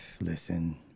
Listen